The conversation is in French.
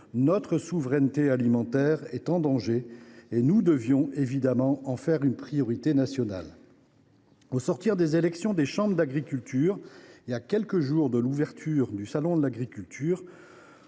notre souveraineté alimentaire est en danger et nous devions évidemment faire de cette question une priorité nationale. Au sortir des élections des chambres d’agriculture et à quelques jours de l’ouverture du Salon de l’agriculture